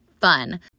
fun